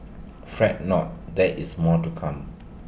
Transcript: fret not there is more to come